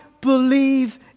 believe